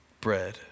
bread